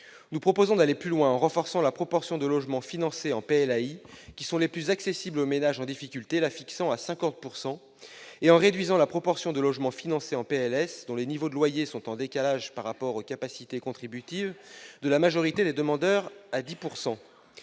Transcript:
Nous proposons d'aller plus loin en renforçant la proportion de logements financés en PLAI, qui sont les plus accessibles aux ménages en difficulté, pour la porter à 50 % et en réduisant à 10 % la proportion de logements financés en PLS, dont les niveaux de loyer sont en décalage par rapport aux capacités contributives de la majorité des demandeurs.